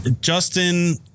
justin